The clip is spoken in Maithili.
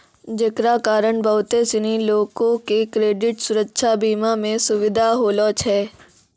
जेकरा कारण बहुते सिनी लोको के क्रेडिट सुरक्षा बीमा मे सुविधा होलो छै